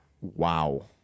Wow